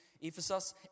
Ephesus